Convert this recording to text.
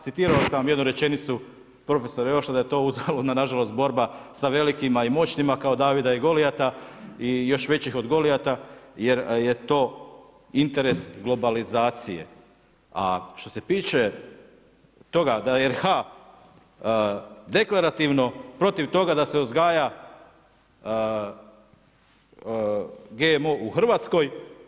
Citirao sam jednu rečenicu, profesora Jošta da je to nažalost borba sa velikima i moćnima kao Davida i Golijata i još većih od Golijata jer je to interes globalizacije, a što se tiče toga da RH deklarativno protiv toga da se uzgaja GMO u Hrvatskoj.